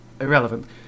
Irrelevant